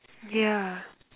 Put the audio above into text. yeah